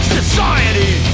society